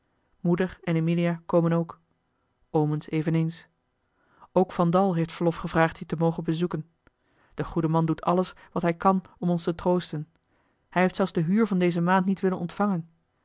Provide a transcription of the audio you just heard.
moeder en emilia komen ook omens eveneens ook van dal heeft verlof gevraagd je te mogen bezoeken de goede man doet alles wat hij kan om ons te troosten hij heeft zelfs de huur van deze maand niet willen ontvangen